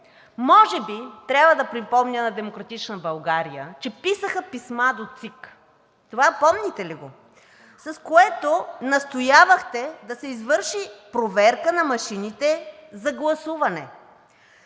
може би трябва да припомня на „Демократична България“, че писаха писма до ЦИК. Това помните ли го? С това настоявахте да се извърши проверка на машините за гласуване.